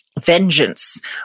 vengeance